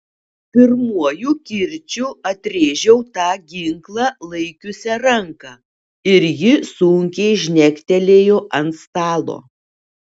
pirmuoju kirčiu atrėžiau tą ginklą laikiusią ranką ir ji sunkiai žnektelėjo ant stalo